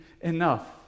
enough